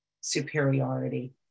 superiority